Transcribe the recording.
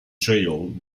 trail